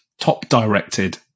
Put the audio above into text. top-directed